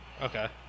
Okay